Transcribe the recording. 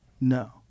No